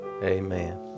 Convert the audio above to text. Amen